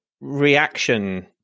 reaction